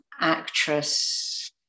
actress